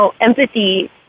empathy